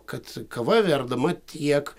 kad kava verdama tiek